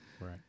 Right